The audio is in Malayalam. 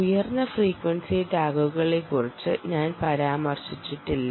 ഉയർന്ന ഫ്രീക്വൻസി ടാഗുകളെക്കുറിച്ച് ഞാൻ പരാമർശിച്ചിട്ടില്ല